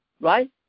right